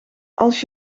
als